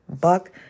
Buck